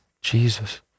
Jesus